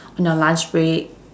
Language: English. on your lunch break